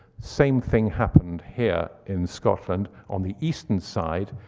same thing happened here in scotland. on the eastern side,